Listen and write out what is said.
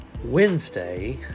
Wednesday